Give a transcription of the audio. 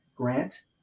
Grant